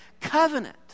covenant